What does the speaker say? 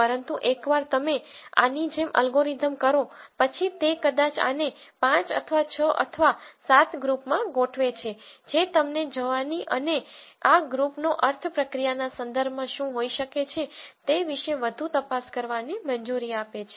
પરંતુ એકવાર તમે આની જેમ અલ્ગોરિધમ કરો પછી તે કદાચ આને 5 અથવા 6 અથવા 7 ગ્રુપમાં ગોઠવે છે જે તમને જવાની અને આ ગ્રુપનો અર્થ પ્રક્રિયા ના સંદર્ભમાં શું હોઈ શકે છે તે વિશે વધુ તપાસ કરવાની મંજૂરી આપે છે